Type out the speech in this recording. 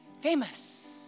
famous